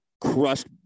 crushed